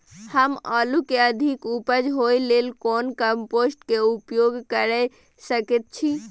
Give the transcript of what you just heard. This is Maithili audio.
हम आलू के अधिक उपज होय लेल कोन कम्पोस्ट के उपयोग कैर सकेत छी?